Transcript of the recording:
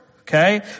Okay